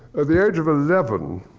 at the age of eleven,